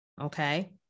Okay